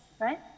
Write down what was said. right